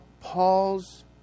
Paul's